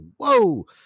whoa